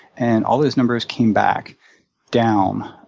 and all those numbers came back down.